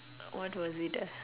what was it ah